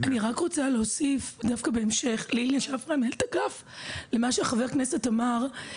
אני רק רוצה להוסיף דווקא בהמשך למה שחבר הכנסת אמר.